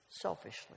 selfishly